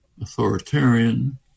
authoritarian